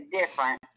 different